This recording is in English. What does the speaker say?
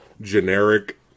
generic